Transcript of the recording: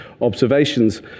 observations